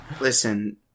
listen